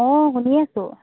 অঁ শুনি আছোঁ